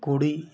कुड़ी